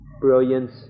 brilliance